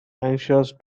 anxious